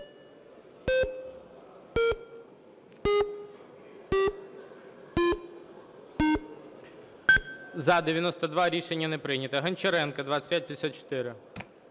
За-92 Рішення не прийнято. Гончаренко, 2554.